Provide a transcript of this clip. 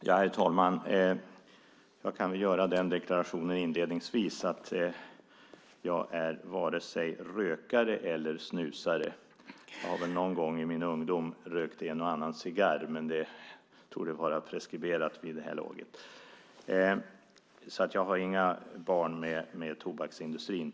Herr talman! Jag vill inledningsvis deklarera att jag inte är vare sig rökare eller snusare. Jag har väl någon gång i min ungdom rökt en och annan cigarr, men det torde vara preskriberat vid det här laget. Jag har alltså inga barn med tobaksindustrin.